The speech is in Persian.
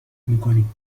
میکنیم